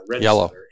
yellow